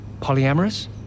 Polyamorous